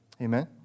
Amen